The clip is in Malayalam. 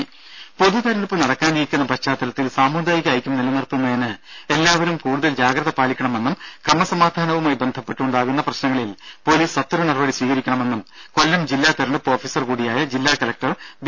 ദേദ പൊതു തിരഞ്ഞെടുപ്പ് നടക്കാനിരിക്കുന്ന പശ്ചാത്തലത്തിൽ സാമുദായിക ഐക്യം നിലനിർത്തുന്നതിന് എല്ലാവരും കൂടുതൽ ജാഗ്രത പാലിക്കണമെന്നും ക്രമസമാധാനവുമായി ബന്ധപ്പെട്ട് ഉണ്ടാകുന്ന പ്രശ്നങ്ങളിൽ പൊലീസ് സത്വര നടപടി സ്വീകരിക്കണമെന്നും കൊല്ലം ജില്ലാ തിരഞ്ഞെടുപ്പ് ഓഫീസർ കൂടിയായ ജില്ലാ കലക്ടർ ബി